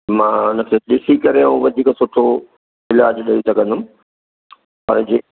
मां हुनखे ॾिसी करे ऐं वधीक सुठो इलाजु ॾेई सघंदुमि हांजी